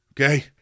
okay